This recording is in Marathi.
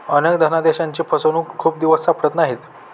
अनेक धनादेशांची फसवणूक खूप दिवस सापडत नाहीत